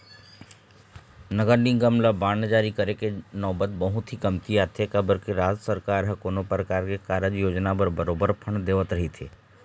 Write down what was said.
नगर निगम ल बांड जारी करे के नउबत बहुत ही कमती आथे काबर के राज सरकार ह कोनो परकार के कारज योजना बर बरोबर फंड देवत रहिथे